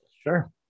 Sure